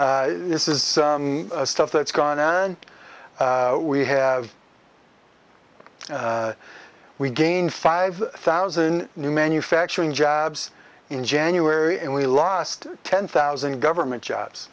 this is some stuff that's gone on and we have we gained five thousand new manufacturing jobs in january and we lost ten thousand government jobs